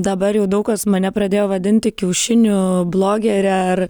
dabar jau daug kas mane pradėjo vadinti kiaušinių blogere ar